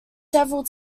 several